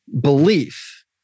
belief